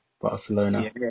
Barcelona